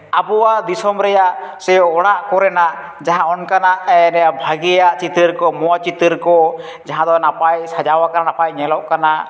ᱟᱵᱚᱣᱟᱜ ᱫᱤᱥᱚᱢ ᱨᱮᱭᱟᱜ ᱥᱮ ᱚᱲᱟᱜ ᱠᱚᱨᱮᱱᱟᱜ ᱡᱟᱦᱟᱸ ᱚᱱᱠᱟᱱᱟᱜ ᱵᱷᱟᱜᱮᱭᱟᱜ ᱪᱤᱛᱟᱹᱨ ᱠᱚ ᱢᱚᱡᱽ ᱪᱤᱛᱟᱹᱨ ᱠᱚ ᱡᱟᱦᱟᱸ ᱫᱚ ᱱᱟᱯᱟᱭ ᱥᱟᱡᱟᱣᱟᱠᱚᱱ ᱱᱟᱯᱟᱭ ᱧᱮᱞᱚᱜ ᱠᱟᱱᱟ